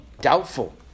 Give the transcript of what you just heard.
doubtful